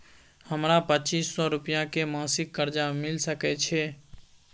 हमरा पच्चीस सौ रुपिया के मासिक कर्जा मिल सकै छै?